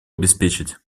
обеспечить